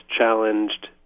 challenged